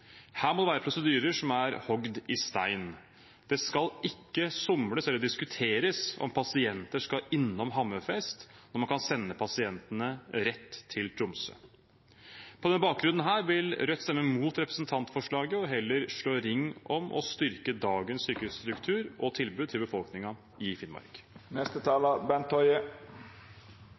Her må det være prosedyrer som er hogd i stein. Det skal ikke somles eller diskuteres om pasienter skal innom Hammerfest, når man kan sende pasientene rett til Tromsø. På denne bakgrunnen vil Rødt stemme mot representantforslaget og heller slå ring om og styrke dagens sykehusstruktur og -tilbud til befolkningen i